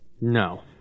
No